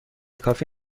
کافی